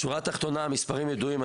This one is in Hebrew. השורה התחתונה המספרים ידועים,